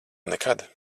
nekad